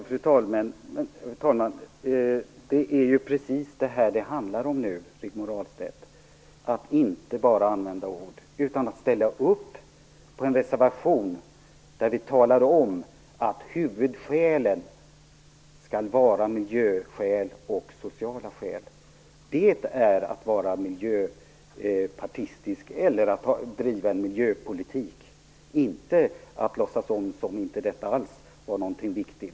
Fru talman! Det är precis det som det handlar om, Rigmor Ahlstedt, att inte bara använda ord utan ställa upp på en reservation där vi talar om att huvudskälen skall vara miljöskäl och sociala skäl. Det är att vara miljöpartistisk eller att driva en miljöpolitik, inte att låtsas som om detta inte alls är någonting viktigt.